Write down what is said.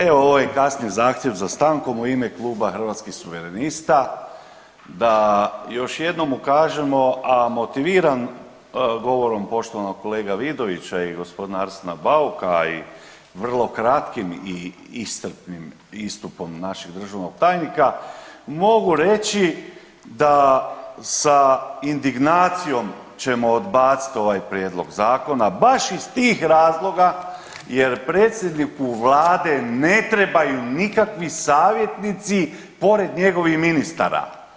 Evo ovo je kasni zahtjev za stankom u ime Kluba Hrvatskih suverenista da još jednom ukažemo, a motiviran govorom poštovanog kolege Vidovića i gospodina Arsena Bauka, a i vrlo kratkim i iscrpnim istupom našeg državnog tajnika, mogu reći da se indignacijom ćemo odbaciti ovaj prijedlog zakona baš ih tih razloga jer predsjedniku vlade ne trebaju nikakvi savjetnici pored njegovih ministara.